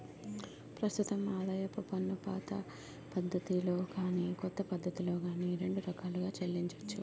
ప్రస్తుతం ఆదాయపు పన్నుపాత పద్ధతిలో గాని కొత్త పద్ధతిలో గాని రెండు రకాలుగా చెల్లించొచ్చు